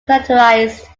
characterized